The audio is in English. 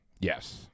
yes